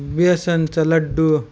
बेसणाचे लाडू